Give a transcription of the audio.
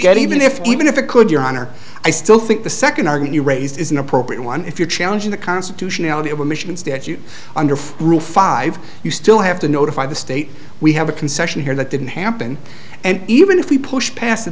get even if even if it could your honor i still think the second argue raised is an appropriate one if you're challenging the constitutionality of a mission statute under rule five you still have to notify the state we have a concession here that didn't happen and even if we push past